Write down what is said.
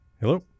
Hello